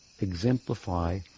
exemplify